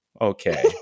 okay